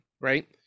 right